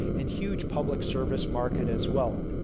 and huge public service market as well.